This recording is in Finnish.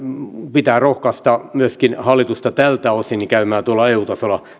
pitää rohkaista hallitusta myöskin tältä osin käymään tuolla eu tasolla